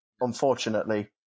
unfortunately